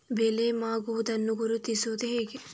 ಬೆಳೆ ಮಾಗುವುದನ್ನು ಗುರುತಿಸುವುದು ಹೇಗೆ?